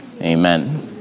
Amen